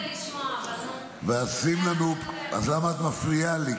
--- כדי לשמוע --- אז למה את מפריעה לי,